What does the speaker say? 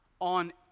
On